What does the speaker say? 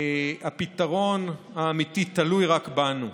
והפתרון האמיתי תלוי רק בנו.